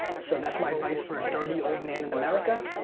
so that's my advice for a dirty old man in america.